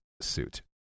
suit